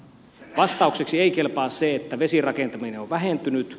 vastaukseksi ei kelpaa se että vesirakentaminen on vähentynyt